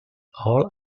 all